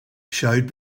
showed